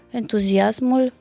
entuziasmul